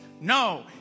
no